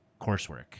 coursework